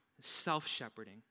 Self-shepherding